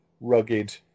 rugged